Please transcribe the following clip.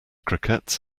croquettes